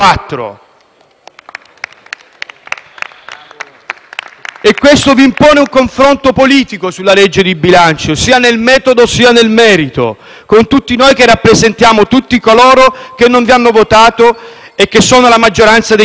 Questo vi impone un confronto politico sulla legge di bilancio, sia nel metodo che nel merito, con tutti noi che rappresentiamo quanti non vi hanno votato e che sono la maggioranza degli italiani. È vomitevole